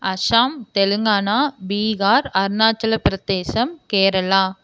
Assam Telangana Bihar Arunachal Pradesh Kerala